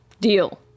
Deal